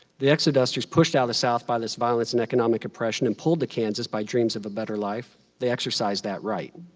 the exodusters pushed out of the south by this violence and economic oppression and pulled to kansas by dreams of a better life, they exercised that right.